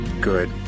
Good